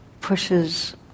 pushes